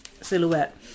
silhouette